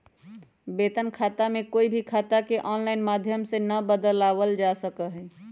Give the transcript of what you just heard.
वेतन खाता में कोई भी खाता के आनलाइन माधम से ना बदलावल जा सका हई